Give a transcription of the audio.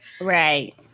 Right